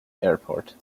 airport